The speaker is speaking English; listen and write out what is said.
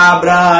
Abra